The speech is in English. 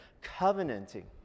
covenanting